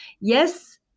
yes